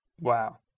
Wow